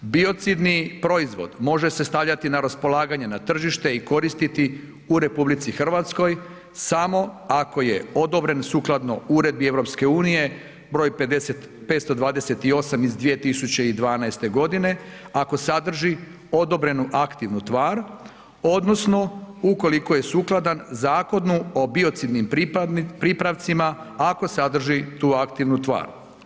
Biocidni proizvod može se stavljati na raspolaganje na tržište i koristiti u RH samo ako je odobren sukladno Uredbi EU br. 528/2012 ako sadrži odobrenu aktivnu tvar odnosno ukoliko je sukladan Zakonu o biocidnim pripravcima ako sadrži tu aktivu tvar.